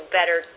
better